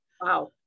Wow